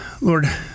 Lord